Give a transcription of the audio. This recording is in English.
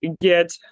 get